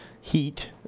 heat